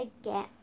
again